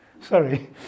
Sorry